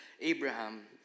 Abraham